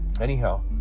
anyhow